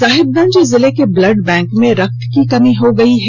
साहिबगंज जिले के blood bank में रक्त की कमी हो गई है